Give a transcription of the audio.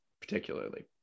particularly